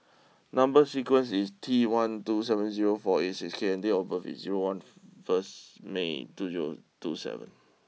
number sequence is T one two seven zero four eight six K and date of birth is zero once first May two zero two seven